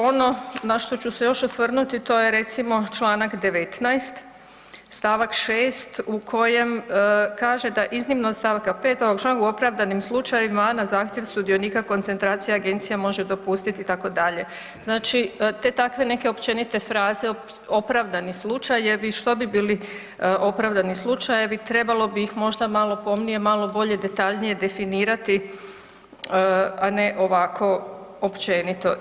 Ono na što ću se još osvrnuti to recimo Članak 19. stavak 6. u kojem kaže da iznimno od stavka 5. ovog članka u opravdanim slučajevima a na zahtjev sudionika koncentracija agencija može dopustiti itd., znači te takve neke općenite fraze opravdani slučajevi, što bi bili opravdani slučajevi trebalo bi ih možda malo pomnije, malo bolje, detaljnije definirati, a ne ovako općenito.